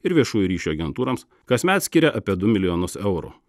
ir viešųjų ryšių agentūroms kasmet skiria apie du milijonus eurų